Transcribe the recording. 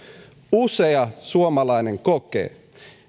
usea suomalainen kokee